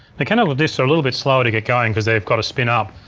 mechanical disks are a little bit slower to get going cause they've gotta spin up.